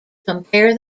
compare